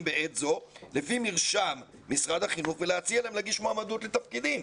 בעת הזו לפי מרשם משרד החינוך ולהציע להם להגיש מועמדות לפקידים".